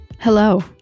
hello